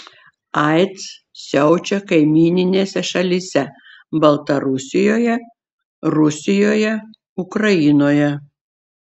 aids siaučia kaimyninėse šalyse baltarusijoje rusijoje ukrainoje